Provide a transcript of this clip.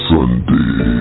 Sunday